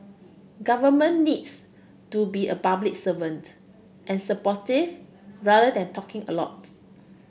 government needs to be a public servant and supportive rather than talking a lot